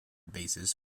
basis